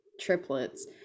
Triplets